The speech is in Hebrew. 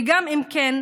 וגם אם כן,